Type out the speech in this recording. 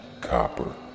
copper